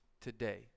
today